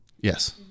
Yes